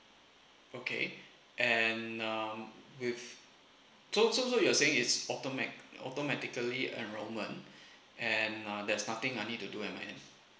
okay and um with so so you are saying it's automa~ automatically enrollment and uh there's nothing I need to do